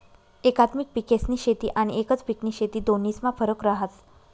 एकात्मिक पिकेस्नी शेती आनी एकच पिकनी शेती दोन्हीस्मा फरक रहास